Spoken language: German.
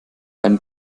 einen